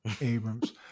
Abrams